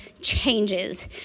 changes